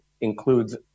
includes